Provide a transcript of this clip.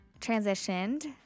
transitioned